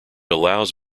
allows